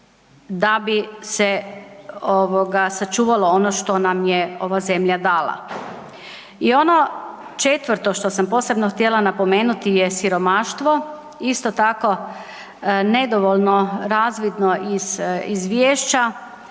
da bi se ovoga sačuvalo ono što nam je ova zemlja dala. I ono četvrto što sam posebno htjela napomenuti je siromaštvo isto tako nedovoljno razvidno iz izvješća